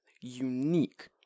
unique